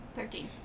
Thirteen